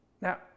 Now